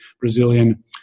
Brazilian